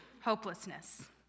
hopelessness